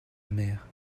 mère